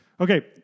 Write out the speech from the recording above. Okay